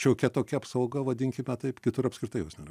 šiokia tokia apsauga vadinkime taip kitur apskritai jos nėra